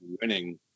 winning